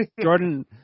Jordan